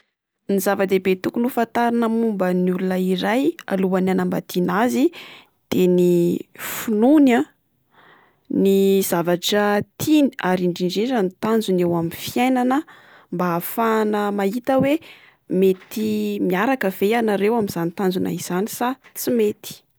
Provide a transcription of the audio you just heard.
Ny zavadehibe tokony hofatarina momban'ny olona iray. Aloan'ny hanambadiana azy de: ny finoany, ny zavatra tiany. Ary indrindrindra ny tanjony eo amin'ny fiainana mba ahafahana mahita hoe mety miaraka ve ianareo amin'izany tanjona izany sa tsy mety.